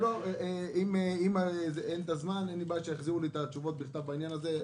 אם אין הזמן אין לי בעיה שיחזירו לי תשובות בכתב בעניין הזה.